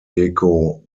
deco